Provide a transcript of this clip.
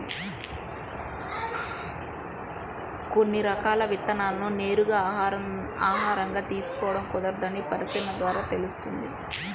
కొన్ని రకాల విత్తనాలను నేరుగా ఆహారంగా తీసుకోడం కుదరదని పరిశీలన ద్వారా తెలుస్తుంది